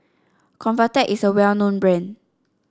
Convatec is a well known brand